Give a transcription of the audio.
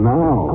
now